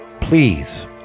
please